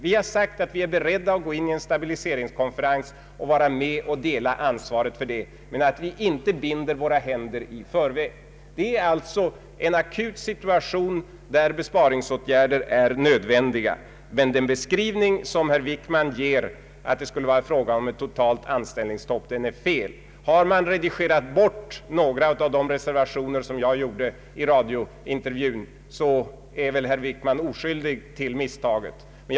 Vi har sagt att vi är beredda att vara med om en stabiliseringskonferens och dela ansvaret för vad som skulle komma ut av den men att vi inte vill binda våra händer i förväg. Vi befinner oss alltså i en akut situation där besparingsåtgärder är nödvändiga. Men den beskrivning som herr Wickman ger kammaren, att vi skulle vilja föreslå ett totalt anställningsstopp, är fel. Har man redigerat bort några av de reservationer som jag gjorde i radiointervjun är väl herr Wickman oskyldig till sitt misstag.